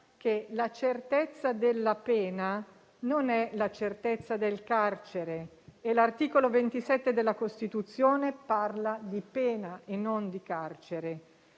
che la certezza della pena non è la certezza del carcere: l'articolo 27 della Costituzione parla di pena e non di carcere.